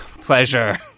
pleasure